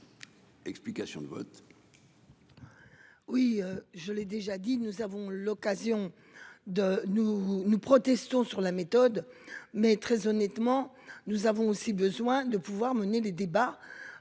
explication de vote.